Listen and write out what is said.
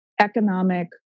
economic